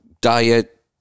diet